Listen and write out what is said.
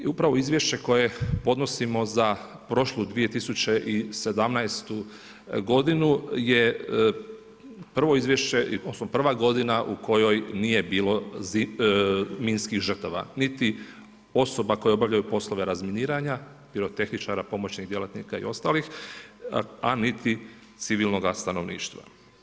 Upravo izvješće koje podnosimo za prošlu 2017. g. je prvo izvješće odnosno prva godina u kojoj nije bilo minskih žrtava, niti osoba koje obavljaju poslove razminiranja, pirotehničara, pomoćnih djelatnika i ostalih a niti civilnoga stanovništva.